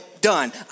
done